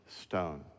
stone